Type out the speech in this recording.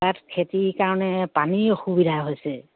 তাত খেতিৰ কাৰণে পানীৰ অসুবিধা হৈছে